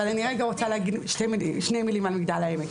אבל אני רוצה להגיד שתי מילים על מגדל העמק.